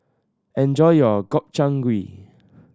enjoy your Gobchang Gui